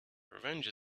revenge